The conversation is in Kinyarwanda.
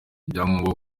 ibyangombwa